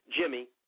Jimmy